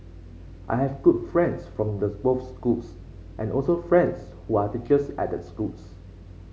I have good friends from the both schools and also friends who are teachers at the schools